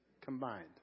combined